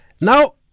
Now